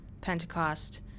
Pentecost